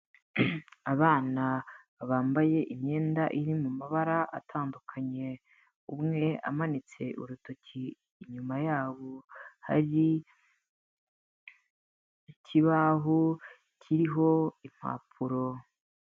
Abana bambaye imyenda iri mu mabara atandukanye. Umwe amanitse urutoki. Inyuma yabo hari ikibaho kiriho impapuro.